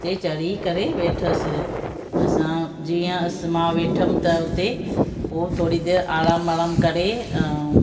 उते चढ़ी करे वेठसि असां जीअसि मां वेठमि त उते पोइ थोरी देरि आरामु वाराम करे